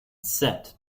set